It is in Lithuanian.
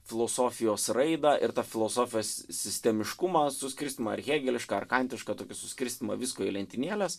filosofijos raidą ir tą filosofijos sistemiškumą suskirstymą ar hėgelišką ar kantišką tokį suskirstymą visko į lentynėles